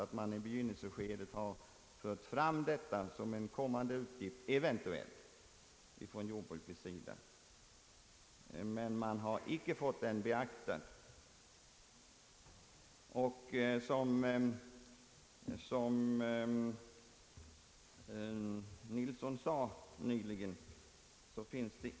Jag trodde han ville ha en välskapad och fulländad sådan.